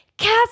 Cast